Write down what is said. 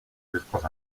discos